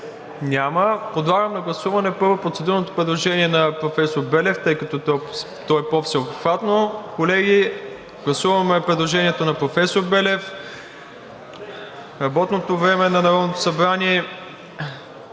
Няма. Подлагам на гласуване, първо, процедурното предложение на професор Белев, тъй като то е по-всеобхватно. Колеги, гласуваме предложението на професор Белев работното време на Народното събрание